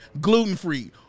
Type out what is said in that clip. gluten-free